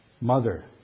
mother